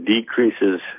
decreases